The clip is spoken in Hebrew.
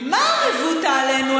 מה הרבותא לנו,